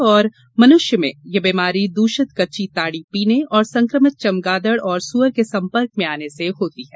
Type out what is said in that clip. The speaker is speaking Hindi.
और मनुष्य में यह बीमारी दूषित कच्ची ताड़ी पीने और संक्रमित चमगादड़ और सुअर के संपर्क में आने से होती है